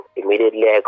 immediately